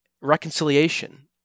Reconciliation